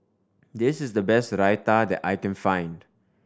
this is the best Raita that I can find